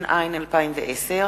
התש"ע 2010,